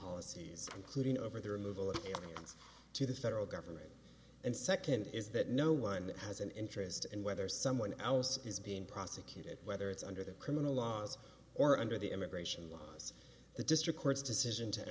policies including over the removal of us to the federal government and second is that no one has an interest in whether someone else is being prosecuted whether it's under the criminal laws or under the immigration laws the district court's decision to